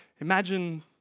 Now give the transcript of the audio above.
Imagine